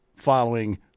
following